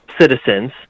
citizens